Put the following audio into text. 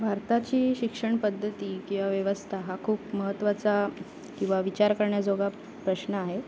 भारताची शिक्षण पद्धती किंवा व्यवस्था हा खूप महत्त्वाचा किंवा विचार करण्याजोगा प्रश्न आहे